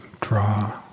draw